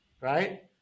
Right